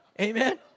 Amen